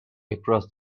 across